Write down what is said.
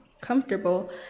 comfortable